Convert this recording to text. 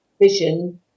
vision